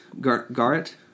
Garrett